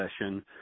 session